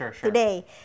today